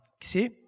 See